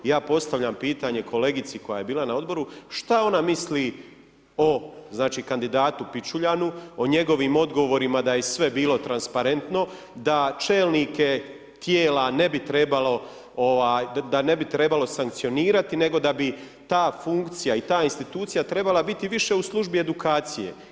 Ja postavljam pitanje kolegici koja je bila na Odboru, šta ona misli o, znači, kandidatu Pičuljanu, o njegovim odgovorima da je sve bilo transparentno, da čelnike tijela ne bi trebalo, ovaj, da ne bi trebalo sankcionirati, nego da bi ta funkcija i ta institucija trebala biti više u službi edukacije.